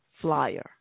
flyer